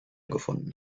gefunden